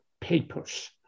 papers